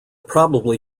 probably